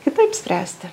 kitaip spręsti